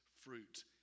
fruit